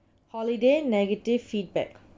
holiday negative feedback